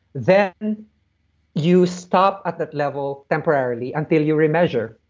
then you stop at that level temporarily until you remeasure.